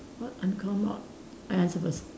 what uncommon I answer first